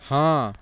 हँ